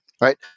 right